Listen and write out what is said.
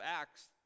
Acts